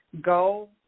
go